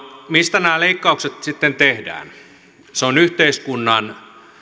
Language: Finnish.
mistä nämä leikkaukset sitten tehdään yhteiskunnan